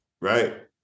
Right